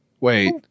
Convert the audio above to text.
Wait